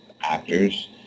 actors